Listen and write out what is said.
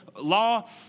law